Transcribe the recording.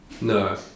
No